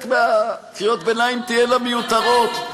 חלק מקריאות הביניים תהיינה מיותרות.